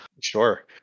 Sure